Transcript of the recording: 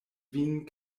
vin